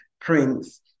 prints